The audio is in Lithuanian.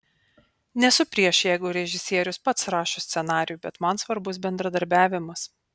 nesu prieš jeigu režisierius pats rašo scenarijų bet man svarbus bendradarbiavimas